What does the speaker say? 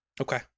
Okay